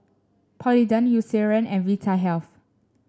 Polident Eucerin and Vitahealth